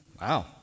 Wow